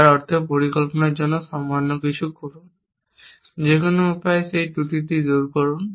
যার অর্থ পরিকল্পনার জন্য সামান্য কিছু করুন যে কোনও উপায়ে সেই ত্রুটিটি দূর করুন